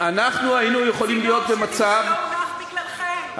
צינור שלא הונח בגללכם,